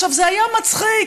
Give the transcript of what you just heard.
זה היה מצחיק